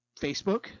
Facebook